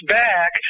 back